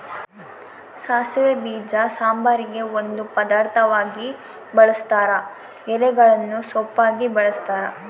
ಸಾಸಿವೆ ಬೀಜ ಸಾಂಬಾರಿಗೆ ಒಂದು ಪದಾರ್ಥವಾಗಿ ಬಳುಸ್ತಾರ ಎಲೆಗಳನ್ನು ಸೊಪ್ಪಾಗಿ ಬಳಸ್ತಾರ